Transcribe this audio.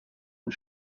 und